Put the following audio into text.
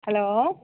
hello